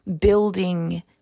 building